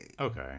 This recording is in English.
Okay